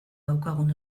daukagun